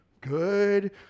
Good